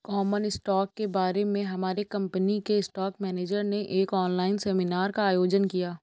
common stock के बारे में हमारे कंपनी के स्टॉक मेनेजर ने एक ऑनलाइन सेमीनार का आयोजन किया